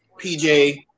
PJ